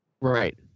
Right